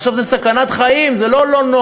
עכשיו, זה סכנת חיים, זה לא לא-נוח.